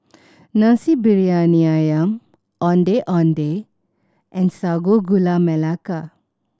Nasi Briyani Ayam Ondeh Ondeh and Sago Gula Melaka